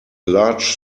large